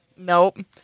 Nope